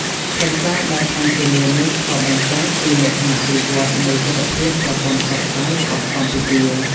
ខ្លឹមសារដ៏ធំទូលាយនេះឆ្លុះបញ្ចាំងពីលក្ខណៈវិវត្តនៃទិដ្ឋភាពប្រព័ន្ធផ្សព្វផ្សាយរបស់កម្ពុជា។